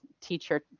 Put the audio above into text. teacher